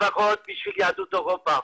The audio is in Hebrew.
ורוד ליהדות אירופה.